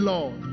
Lord